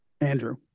Andrew